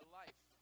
life